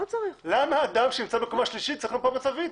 למה אדם שנמצא בקומה שלישית צריך מפה מצבית?